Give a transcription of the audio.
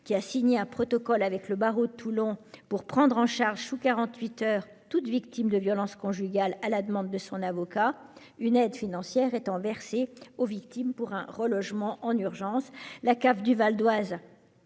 Var a signé un protocole avec le barreau de Toulon pour prendre en charge sous quarante-huit heures toute victime de violences conjugales à la demande de son avocat, une aide financière étant versée aux victimes pour un relogement en urgence. La CAF du Val-d'Oise